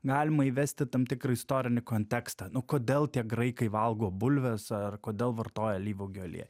galima įvesti tam tikrą istorinį kontekstą kodėl tie graikai valgo bulves ar kodėl vartoja alyvuogių aliejų